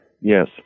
Yes